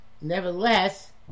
nevertheless